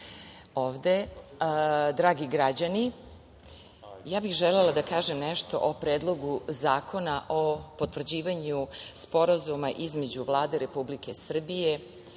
ovde, dragi građani, ja bih želela da kažem nešto o Predlogu zakona o potvrđivanju Sporazuma između Vlade Republike Srbije